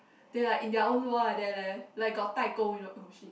they like in their own world like that like leh like got 代沟 you know oh shit